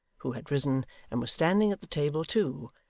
who had risen and was standing at the table too,